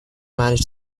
manage